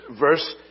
verse